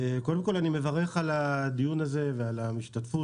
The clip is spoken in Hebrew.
קודם כל, אני מברך על הדיון הזה ועל ההשתתפות.